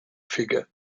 figure